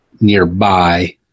nearby